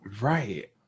Right